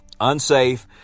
unsafe